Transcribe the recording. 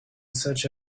such